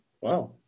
wow